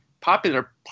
popular